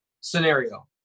Scenario